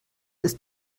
ist